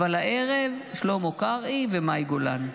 אבל הערב שלמה קרעי ומאי גולן.